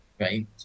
right